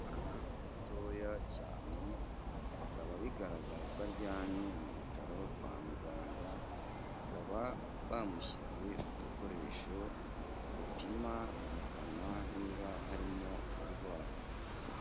Umwana mutoya cyane bikaba bigaragara ko aryamye mu bitaro kwa muganga, bakaba bamushyize udukoresho dupima mu kanwa niba harimo uburwayi.